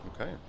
Okay